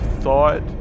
thought